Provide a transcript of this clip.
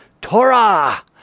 Torah